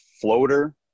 floater